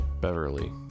Beverly